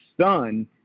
son